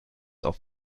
auf